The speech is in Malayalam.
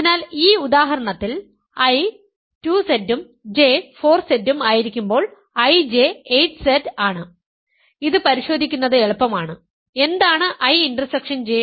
അതിനാൽ ഈ ഉദാഹരണത്തിൽ I 2Z ഉം J 4Z ഉം ആയിരിക്കുമ്പോൾ IJ 8Z ആണ് ഇത് പരിശോധിക്കുന്നത് എളുപ്പമാണ് എന്താണ് I ഇന്റർ സെക്ഷൻ J